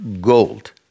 gold